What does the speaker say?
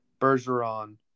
Bergeron